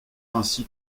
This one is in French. ainsi